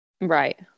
Right